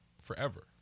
forever